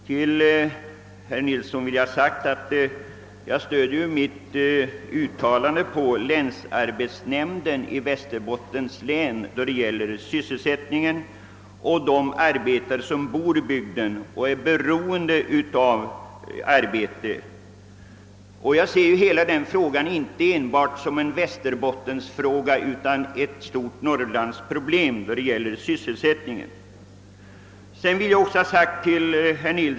Till herr Nilsson i Agnäs vill jag säga att jag då det gäller sysselsättningen stöder mig på uttalanden av länsarbetsnämnden i Västerbottens län och av de arbetare som bor i bygden och är beroende av att få arbete. Denna fråga ser jag inte enbart som en Västerbottensfråga utan som en stor norrlandsfråga med avseende på sysselsättningen.